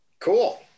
Cool